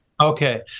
okay